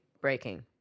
breaking